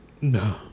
No